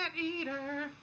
eater